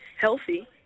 healthy